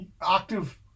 Octave